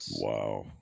Wow